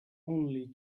only